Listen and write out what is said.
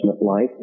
life